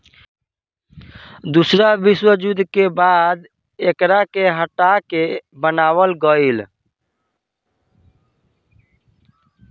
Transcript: दूसरा विश्व युद्ध के बाद गेट के हटा के एकरा के बनावल गईल